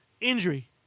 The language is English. Injury